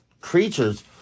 creatures